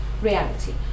reality